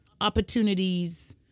opportunities